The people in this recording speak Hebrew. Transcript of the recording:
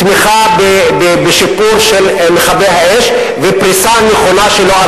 כולל תמיכה בשיפור של מכבי-האש ופריסה ארצית נכונה שלו.